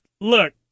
look